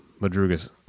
Madruga's